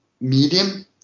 medium